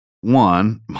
one